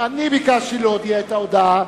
ביקשתי להודיע את ההודעה,